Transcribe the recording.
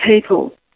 people